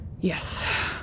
Yes